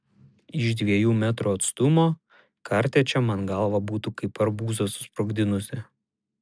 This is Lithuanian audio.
iš dviejų metrų atstumo kartečė man galvą būtų kaip arbūzą susprogdinusi